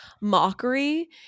mockery